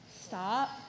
Stop